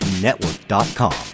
Network.com